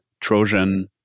Trojan